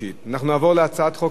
אנחנו נעבור להצעת החוק הבאה,